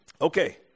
Okay